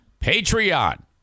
Patreon